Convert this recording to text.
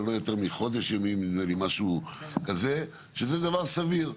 מחודש ימים, משהו כזה, וזה דבר סביר.